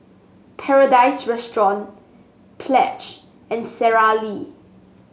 Paradise Restaurant Pledge and Sara Lee